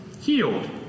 healed